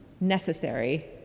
necessary